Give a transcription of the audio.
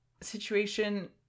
situation